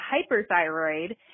hyperthyroid